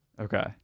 Okay